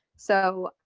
so,